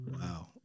wow